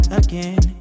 again